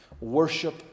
worship